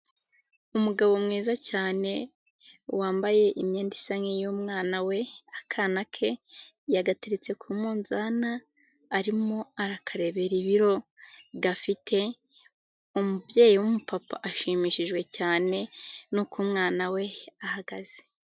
Umugabo mwiza cyane wambaye imyenda isa nkiy'umwana we. Akana ke yagateretse ku munzana, arimo arakarebera ibiro gafite. Umubyeyi w'umupapa ashimishijwe cyane n'uko umwana we ahagaze.